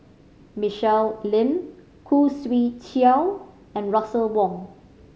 Michelle Lim Khoo Swee Chiow and Russel Wong